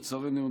לצערנו,